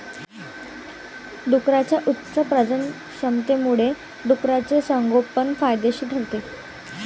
डुकरांच्या उच्च प्रजननक्षमतेमुळे डुकराचे संगोपन फायदेशीर ठरते